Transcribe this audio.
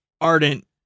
ardent